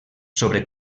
sobre